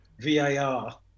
VAR